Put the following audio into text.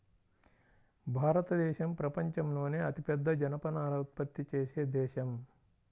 భారతదేశం ప్రపంచంలోనే అతిపెద్ద జనపనార ఉత్పత్తి చేసే దేశం